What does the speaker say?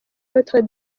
notre